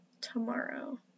tomorrow